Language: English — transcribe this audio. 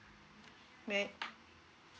great